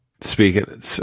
Speaking